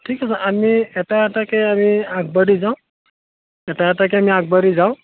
ঠিক আছে আমি এটা এটাকে আমি আবাঢ়ি যাওঁ এটা এটাকে আমি আগবাঢ়ি যাওঁ